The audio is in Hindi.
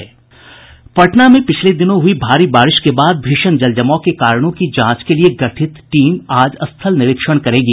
पटना में पिछले दिनों हुई भारी बारिश के बाद भीषण जल जमाव के कारणों की जांच के लिए गठित टीम आज स्थल निरीक्षण करेगी